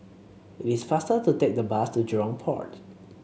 it is faster to take the bus to Jurong Port